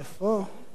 בבקשה.